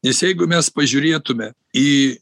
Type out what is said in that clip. nes jeigu mes pažiūrėtume į